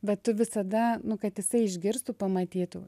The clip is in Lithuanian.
vat tu visada nu kad jisai išgirstų pamatytų